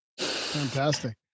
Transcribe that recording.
Fantastic